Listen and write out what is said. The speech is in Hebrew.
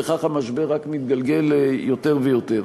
וכך המשבר רק מתגלגל יותר ויותר.